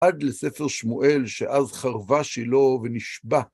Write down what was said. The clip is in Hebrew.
עד לספר שמואל, שאז חרבה שילה ונשבע.